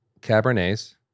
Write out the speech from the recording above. Cabernets